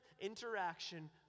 interaction